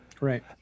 Right